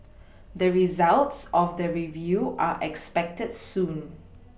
the results of the review are expected soon